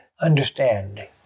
understand